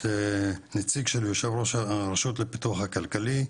נציג של יושב ראש הראשות לפיתוח כלכלי,